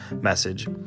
message